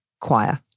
choir